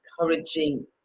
encouraging